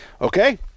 Okay